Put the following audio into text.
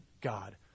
God